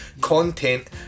content